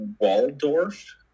Waldorf